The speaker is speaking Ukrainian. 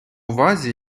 увазі